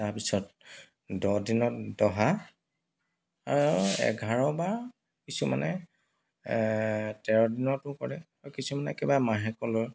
তাৰপিছত দহ দিনত দহা আৰু এঘাৰ বা কিছুমানে তেৰ দিনতো কৰে আৰু কিছুমানে কিবা মাহেকলৈ